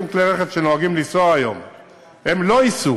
כלי רכב שנוהגים לנסוע היום לא ייסעו,